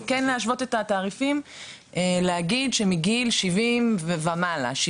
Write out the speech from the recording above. וכן להשוות את התעריפים ולהגיד שמגיל 70 או 75